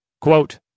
Quote